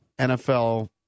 NFL